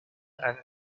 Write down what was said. and